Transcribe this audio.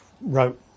wrote